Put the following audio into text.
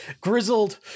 grizzled